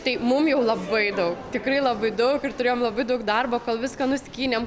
tai mum jau labai daug tikrai labai daug ir turėjom labai daug darbo kol viską nuskynėm